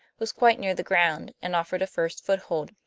was quite near the ground, and offered a first foothold.